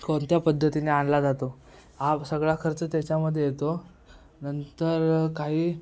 कोणत्या पद्धतीने आणला जातो हा सगळा खर्च त्याच्यामध्ये येतो नंतर काही